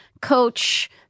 Coach